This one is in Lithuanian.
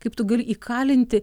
kaip tu gali įkalinti